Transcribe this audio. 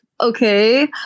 Okay